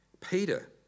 Peter